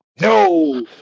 No